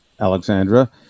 Alexandra